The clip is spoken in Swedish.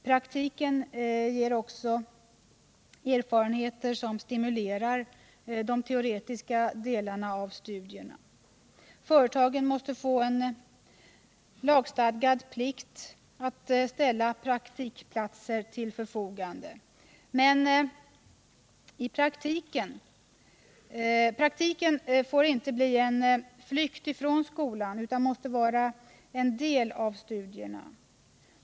Praktiken ger också erfarenheter som stimulerar de teoretiska delarna av studierna. Företagen måste få lagstadgad plikt att ställa praktikplatser till förfogande. Men praktiken får inte bli en flykt från skolan utan måste vara en del av studierna.